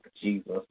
Jesus